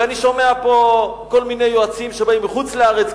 ואני שומע פה כל מיני יועצים שבאים מחוץ-לארץ,